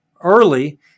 early